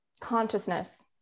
Consciousness